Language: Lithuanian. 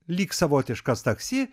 lyg savotiškas taksi